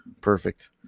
Perfect